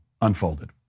unfolded